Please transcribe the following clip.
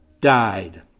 died